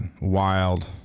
wild